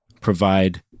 provide